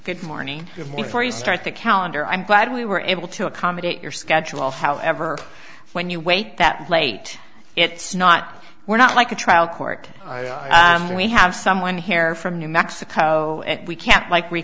good morning for a start the calendar i'm glad we were able to accommodate your schedule however when you wait that late it's not we're not like a trial court i am we have someone here from new mexico and we can like re